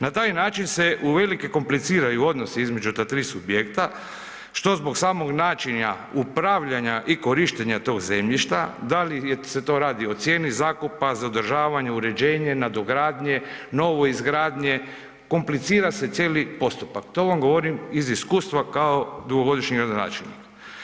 Na taj način se uvelike kompliciraju odnosi između ta 3 subjekta, što zbog samog načina upravljanja i korištenja tog zemljišta, da li se to radi o cijeni zakupa, za održavanje, uređenje, nadogradnje, novo izgradnje, komplicira se cijeli postupak, to vam govorim iz iskustva kao dugogodišnji gradonačelnik.